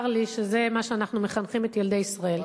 צר לי שזה מה שאנחנו מחנכים לו את ילדי ישראל,